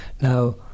Now